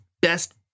best